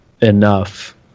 enough